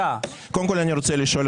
קודם כל אני רוצה לשאול,